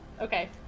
Okay